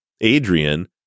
Adrian